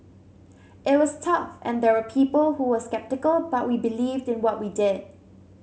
it was tough and there were people who were sceptical but we believed in what we did